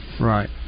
Right